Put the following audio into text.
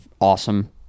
awesome